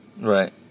Right